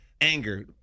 anger